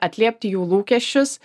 atliepti jų lūkesčius